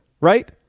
right